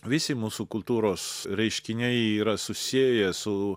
visi mūsų kultūros reiškiniai yra susiję su